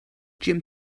jim